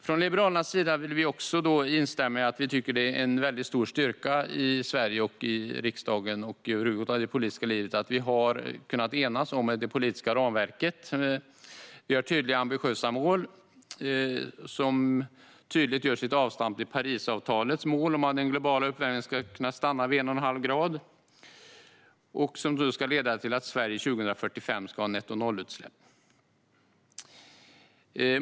Från Liberalernas sida vill vi också instämma i att vi tycker att det är en stor styrka i Sverige, i riksdagen och över huvud taget i det politiska livet att vi har kunnat enas om det politiska ramverket. Vi har tydliga och ambitiösa mål, som tydligt tar sitt avstamp i Parisavtalets mål om att den globala uppvärmningen ska stanna vid 1,5 grader. Detta ska leda till att Sverige 2045 har nettonollutsläpp.